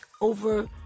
over